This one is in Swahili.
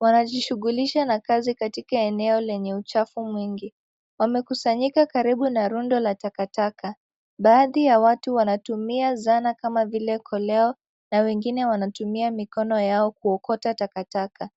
Wanajishughulisha na kazi katika eneo lenye uchafu mwingi. Wamekusanyika karibu na rundo la takataka. Baadhi ya watu wanatumia zana kama vile koleo na wengine wanatumia mikono yao kuokota takataka.